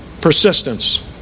Persistence